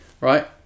Right